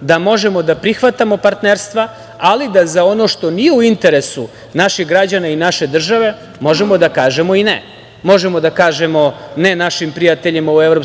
da možemo da prihvatamo partnerstva, ali da za ono što nije u interesu naših građana i naše države možemo da kažemo i „ne“. Možemo da kažemo „ne“ našim prijateljima u EU